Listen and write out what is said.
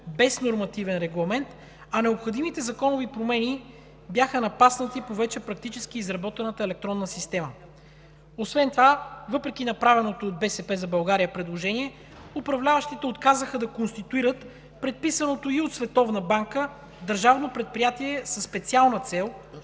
без нормативен регламент, а необходимите законови промени бяха напаснати по вече практически изработената електронна система. Освен това, въпреки направеното от „БСП за България“ предложение, управляващите отказаха да конституират предписаното и от Световната банка държавно предприятие със специална цел,